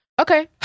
Okay